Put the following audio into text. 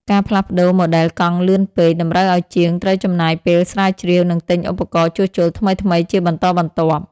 ការផ្លាស់ប្តូរម៉ូដែលកង់លឿនពេក តម្រូវឱ្យជាងត្រូវចំណាយពេលស្រាវជ្រាវ និងទិញឧបករណ៍ជួសជុលថ្មីៗជាបន្តបន្ទាប់។